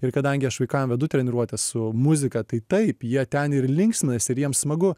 ir kadangi aš vaikam vedu treniruotes su muzika tai taip jie ten ir linksminasi ir jiems smagu